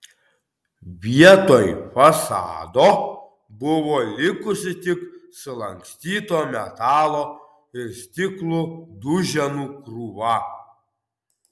vietoj fasado buvo likusi tik sulankstyto metalo ir stiklo duženų krūva